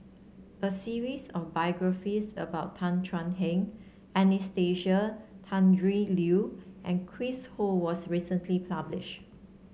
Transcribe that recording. a series of biographies about Tan Thuan Heng Anastasia Tjendri Liew and Chris Ho was recently published